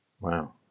Wow